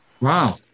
Wow